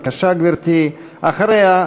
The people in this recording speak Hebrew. ואחריה,